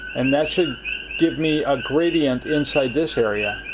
um that should give me a gradient inside this area.